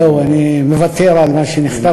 זהו, אני מוותר על מה שנכתב כאן.